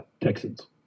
Texans